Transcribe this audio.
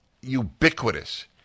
ubiquitous